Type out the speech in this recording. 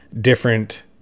different